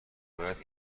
باید